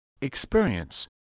experience